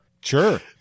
sure